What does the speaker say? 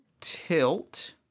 Tilt